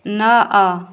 ନଅ